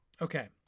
okay